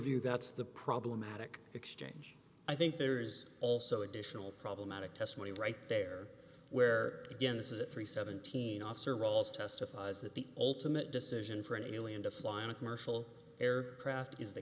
view that's the problematic exchange i think there's also additional problematic testimony right there where again this is three seventeen officer roles testifies that the ultimate decision for an alien to fly on a commercial air craft is the